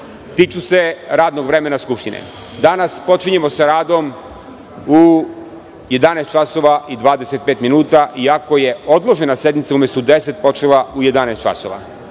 Tiču se radnog vremena skupštine. Danas počinjemo sa radom u 11.25 minuta iako je odložena sednica umesto u 10.00